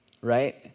right